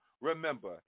remember